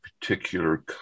particular